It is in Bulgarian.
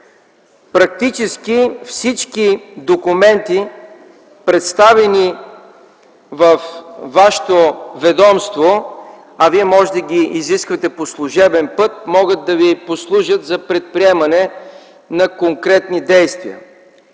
Практически всички документи, представени във Вашето ведомство, а Вие можете да ги изисквате по служебен път, могат да Ви послужат за предприемане на конкретни действия.